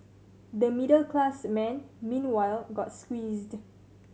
the middle class man meanwhile got squeezed